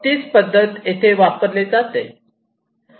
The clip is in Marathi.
तेच पद्धत येथे वापरले जाते